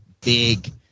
big